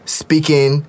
speaking